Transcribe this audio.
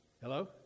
Hello